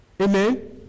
Amen